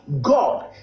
God